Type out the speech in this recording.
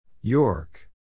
York